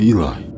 Eli